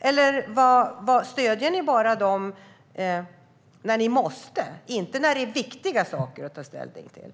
Eller stöder ni dem bara när ni måste, inte när det är viktiga saker att ta ställning till?